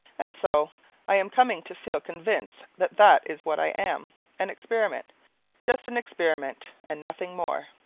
and so i am coming to feel convinced that that is what i am an experiment just an experiment, and nothing more.